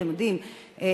אתם יודעים,